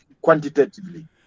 Quantitatively